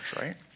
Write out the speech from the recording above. right